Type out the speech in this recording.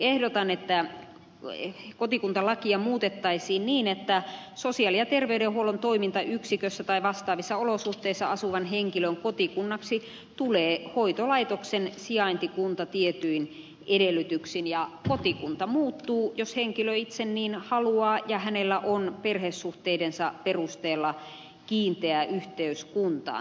ehdotan että kotikuntalakia muutettaisiin niin että sosiaali ja terveydenhuollon toimintayksikössä tai vastaavissa olosuhteissa asuvan henkilön kotikunnaksi tulee hoitolaitoksen sijaintikunta tietyin edellytyksin ja kotikunta muuttuu jos henkilö itse niin haluaa ja hänellä on perhesuhteidensa perusteella kiinteä yhteys kuntaan